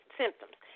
symptoms